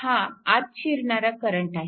हा आत शिरणारा करंट आहे